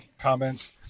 Comments